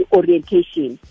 orientation